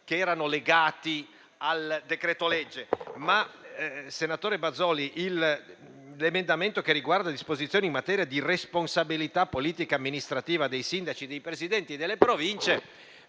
che erano legati al decreto-legge. Senatore Bazoli, l'emendamento che riguarda disposizioni in materia di responsabilità politica amministrativa dei sindaci e dei Presidenti delle Province